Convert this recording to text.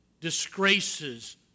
disgraces